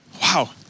Wow